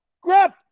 Grab